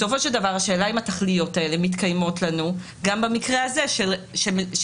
בסופו של דבר השאלה אם התכליות האלה מתקיימות לנו גם במקרה הזה של רמ"י,